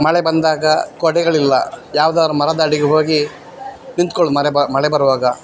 ಮಳೆ ಬಂದಾಗ ಕೊಡೆಗಳಿಲ್ಲ ಯಾವುದಾದ್ರು ಮರದಡಿಗೆ ಹೋಗಿ ನಿಂತ್ಕೊಳ್ಳೋದು ಮರೆ ಮಳೆ ಬರುವಾಗ